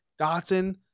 Dotson